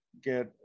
get